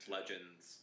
Legends